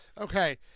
Okay